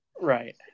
Right